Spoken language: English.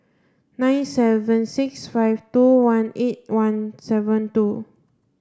nine seven six five two one eight one seven two